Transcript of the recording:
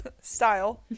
Style